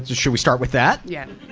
should we start with that? yes.